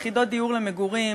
יחידות דיור למגורים,